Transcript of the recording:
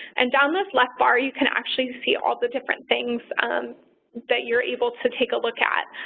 and down this left bar, you can actually see all the different things that you're able to take a look at.